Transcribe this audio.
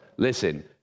Listen